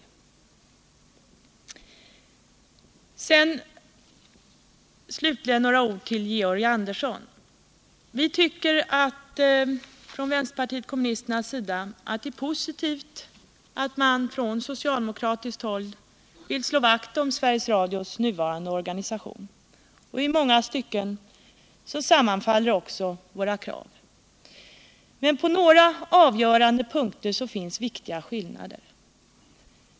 Så några ord till Georg Andersson: Vi tycker från vänsterpartiet kommunisternas sida att det är positivt att man från socialdemokratiskt håll vill slå vakt om Sveriges Radios nuvarande organisation, och i många stycken sammanfaller också våra krav. Men på några avgörande punkter finns viktiga skillnader.